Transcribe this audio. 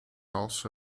also